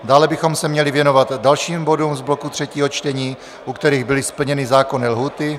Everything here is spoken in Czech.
Dále bychom se měli věnovat dalším bodům z bloku třetího čtení, u kterých byly splněny zákonné lhůty.